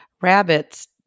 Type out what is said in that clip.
rabbits